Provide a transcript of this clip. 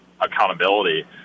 accountability